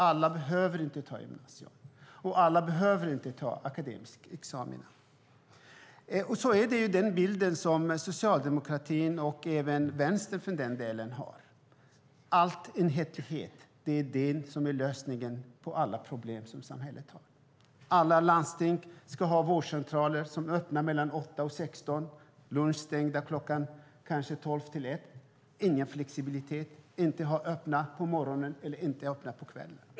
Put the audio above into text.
Alla behöver inte gå i gymnasiet, och alla behöver inte ta en akademisk examen. Sedan har vi den bild som socialdemokratin, och även Vänstern, har. Det ska vara enhetlighet. Det är lösningen på alla problem som samhället har. Alla landsting ska ha vårdcentraler som är öppna mellan åtta och sexton, och de ska vara lunchstängda mellan tolv och ett. Det ska inte vara någon flexibilitet. De ska inte vara öppna på morgonen eller på kvällen.